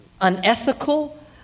unethical